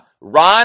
Ron